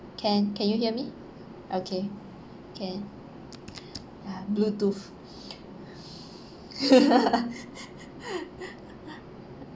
can can you hear me okay can ah bluetooth